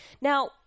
Now